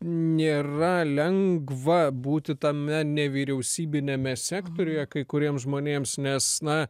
nėra lengva būti tame nevyriausybiniame sektoriuje kai kuriems žmonėms nes na